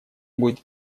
будет